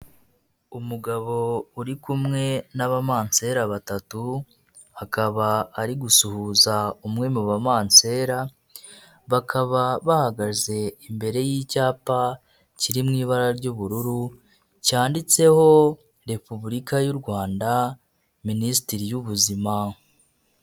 Umugabo uri kumwe n'abamansera batatu, akaba ari gusuhuza umwe mu bamansera, bakaba bahagaze imbere y'icyapa kiri mu ibara ry'ubururu cyanditseho repubulika y'u Rwanda, minisiteri y'ubuzima.